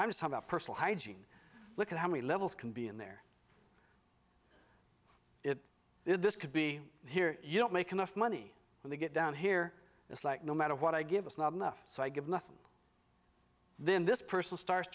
was about personal hygiene look at how many levels can be in there it is this could be here you don't make enough money when they get down here it's like no matter what i give us not enough so i give nothing then this person starts